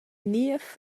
niev